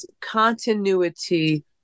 continuity